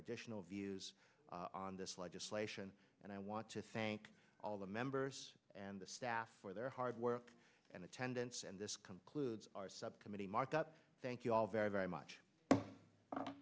additional views on this legislation and i want to thank all the members and the staff for their hard work and attendance and this concludes our subcommittee marked up thank you all very very much